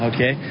Okay